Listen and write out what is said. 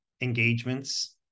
engagements